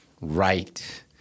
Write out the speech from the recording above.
right